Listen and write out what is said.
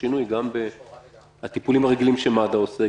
שינוי גם בטיפולים הרגילים שמד"א עושה,